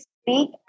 speak